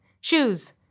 shoes